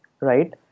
right